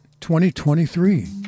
2023